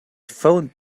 phoned